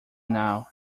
now